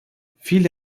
viele